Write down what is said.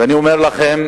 ואני אומר לכם: